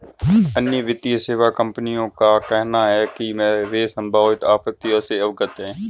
अन्य वित्तीय सेवा कंपनियों का कहना है कि वे संभावित आपत्तियों से अवगत हैं